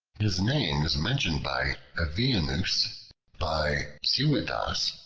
his name is mentioned by avienus by suidas,